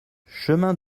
chemin